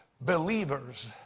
believers